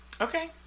Okay